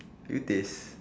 you taste